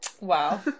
Wow